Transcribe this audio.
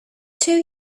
two